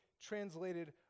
translated